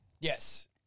Yes